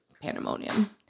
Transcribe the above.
pandemonium